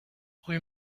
rue